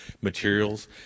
materials